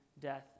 death